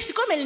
Siccome